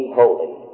holy